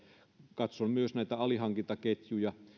katson myös näitä alihankintaketjuja